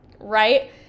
right